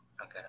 Okay